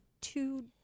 two